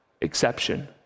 exception